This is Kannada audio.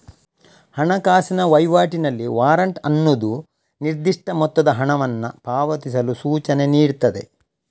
ಹಣಕಾಸಿನ ವೈವಾಟಿನಲ್ಲಿ ವಾರೆಂಟ್ ಅನ್ನುದು ನಿರ್ದಿಷ್ಟ ಮೊತ್ತದ ಹಣವನ್ನ ಪಾವತಿಸಲು ಸೂಚನೆ ನೀಡ್ತದೆ